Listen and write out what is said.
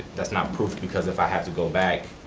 that's not proof because if i have to go back.